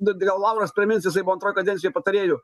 bet gal lauras primins jisai buvo antroj kadencijoj patarėju